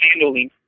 handling